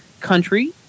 country